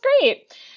great